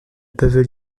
peuvent